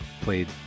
played